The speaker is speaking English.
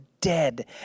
dead